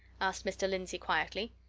asked mr. lindsey, quietly.